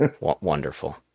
Wonderful